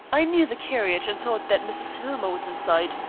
i knew the carriage, and thought that mrs. hillmer was inside.